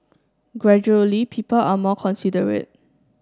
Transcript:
gradually people are more considerate